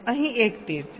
અહીં એક તીર છે